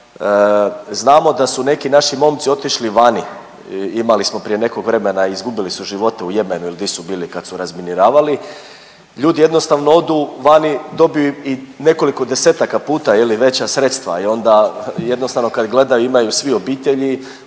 znamo da su neki naši momci otišli vani, imali smo prije nekog vremena, izgubili su živote u Jemenu ili di su bili kad su razminiravali. Ljudi jednostavno odu vani, dobiju i nekoliko desetaka puta, je li, veća sredstva i onda jednostavno kad gledaju, imaju svi obitelji,